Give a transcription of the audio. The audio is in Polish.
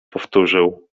powtórzył